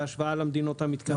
בהשוואה למדינות המתקדמות.